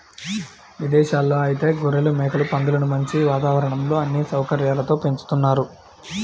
ఇదేశాల్లో ఐతే గొర్రెలు, మేకలు, పందులను మంచి వాతావరణంలో అన్ని సౌకర్యాలతో పెంచుతున్నారు